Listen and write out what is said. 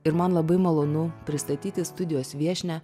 ir man labai malonu pristatyti studijos viešnią